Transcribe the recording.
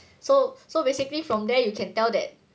so so basically from there you can tell that